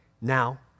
Now